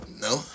No